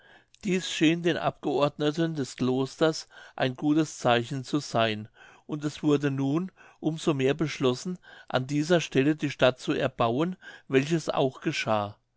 dies schien den abgeordneten des klosters ein gutes zeichen zu seyn und es wurde nun um so mehr beschlossen an dieser stelle die stadt zu erbauen welches auch geschah